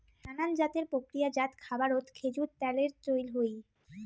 নানান জাতের প্রক্রিয়াজাত খাবারত খেজুর ত্যালের চইল হই